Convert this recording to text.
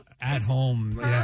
at-home